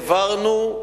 העברנו,